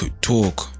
talk